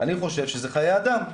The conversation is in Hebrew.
אני חושב שזה חיי אדם,